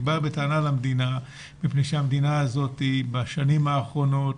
אני בא בטענה למדינה מפני שהמדינה הזאת בשנים האחרונות